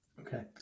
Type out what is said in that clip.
Okay